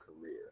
career